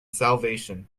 salvation